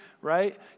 right